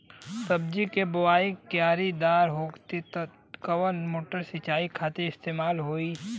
सब्जी के बोवाई क्यारी दार होखि त कवन मोटर सिंचाई खातिर इस्तेमाल होई?